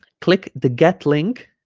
click the get link